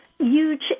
huge